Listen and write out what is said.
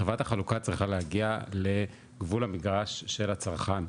חברת החלוקה צריכה להגיע לגבול המגרש של הצרכן,